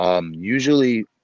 Usually